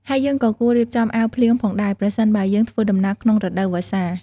ហើយយើងក៏គួររៀបចំអាវភ្លៀងផងដែរ ប្រសិនបើយើងធ្វើដំណើរក្នុងរដូវវស្សា។